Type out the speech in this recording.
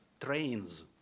trains